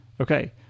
okay